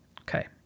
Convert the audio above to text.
Okay